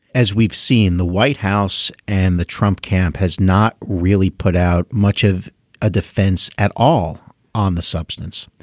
as we've seen the white house and the trump camp has not really put out much of a defense at all on the substance.